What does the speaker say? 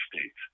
States